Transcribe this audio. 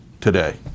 today